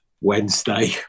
Wednesday